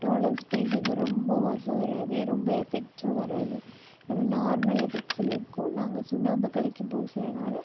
டோலக்ஸ் paint வந்து ரொம்ப வாசம் வராது ரொம்ப எஃபெக்ட்ஸும் வராது நம்ம நார்மல் எஃபெக்ட்ஸில் இருக்கும் நாங்கள் சுண்ணாம்பை கலக்கி பூசறதுனால